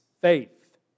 faith